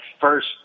first